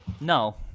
No